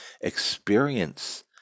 experience